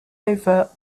over